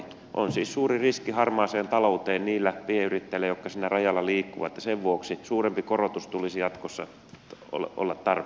on siis suuri riski harmaaseen talouteen niillä pienyrittäjillä jotka siinä rajalla liikkuvat ja sen vuoksi suurempi korotus olisi jatkossa tarpeen